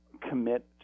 commit